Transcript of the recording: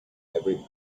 every